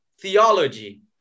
theology